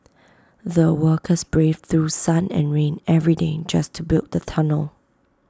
the workers braved through sun and rain every day just to build the tunnel